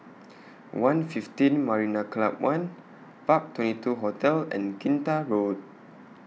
one' fifteen Marina Club one Park twenty two Hotel and Kinta Road